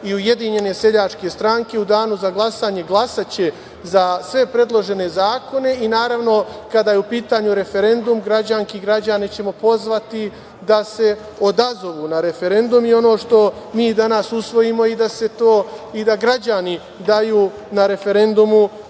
i Ujedinjene seljačke stranke u danu za glasanje glasaće za sve predložene zakone i, naravno, kada je u pitanju referendum, građanke i građane ćemo pozvati da se odazovu na referendum i ono što mi danas usvojimo i da građani daju na referendumu